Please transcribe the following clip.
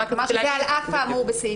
לומר שזה על אף האמור בסעיף